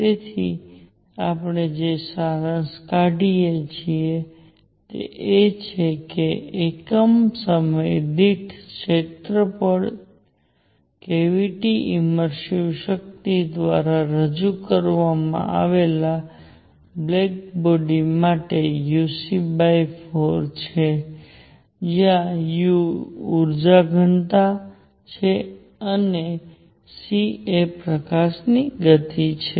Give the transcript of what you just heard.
તેથી આપણે જે સારાંશ કાઢીએ છીએ તે એ છે કે એકમ સમય દીઠ ક્ષેત્ર પર કેવીટી ઇમર્સિવ શક્તિ દ્વારા રજૂ કરવામાં આવેલા બ્લેક બોડી માટે uc4 છે જ્યાં u ઊર્જાઘનતા છે અને c એ પ્રકાશની ગતિ છે